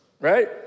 right